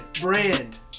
brand